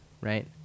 Right